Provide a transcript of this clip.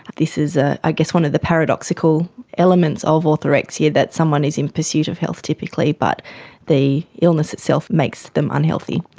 this is ah i guess one of the paradoxical elements of orthorexia, that someone is in pursuit of health, typically, but the illness itself makes them unhealthy.